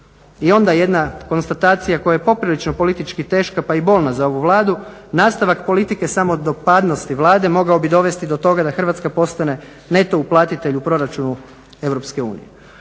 I onda jedna konstatacija koja je poprilično politički teška, pa i bolna za ovu Vladu nastavak politike samodopadnosti Vlade mogao bi dovesti do toga da Hrvatska postane neto uplatitelj u proračunu EU.